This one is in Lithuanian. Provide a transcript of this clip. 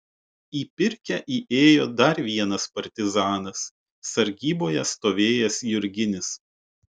į pirkią įėjo dar vienas partizanas sargyboje stovėjęs jurginis